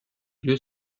lieu